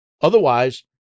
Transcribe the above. Otherwise